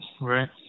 Right